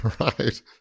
Right